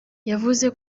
yavuze